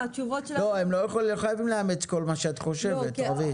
הם לא חייבים לאמץ כל מה שאת חושבת, רוית.